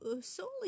solely